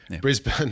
Brisbane